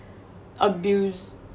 abuse